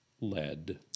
lead